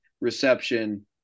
reception